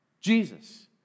Jesus